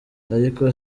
ariko